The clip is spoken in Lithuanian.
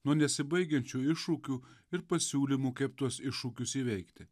nuo nesibaigiančių iššūkių ir pasiūlymų kaip tuos iššūkius įveikti